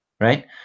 Right